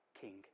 king